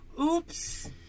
Oops